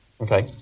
Okay